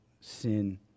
sin